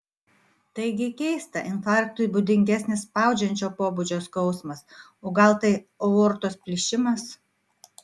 taigi keista infarktui būdingesnis spaudžiančio pobūdžio skausmas o gal tai aortos plyšimas